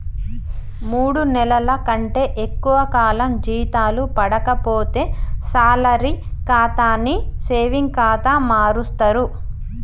మూడు నెలల కంటే ఎక్కువ కాలం జీతాలు పడక పోతే శాలరీ ఖాతాని సేవింగ్ ఖాతా మారుస్తరు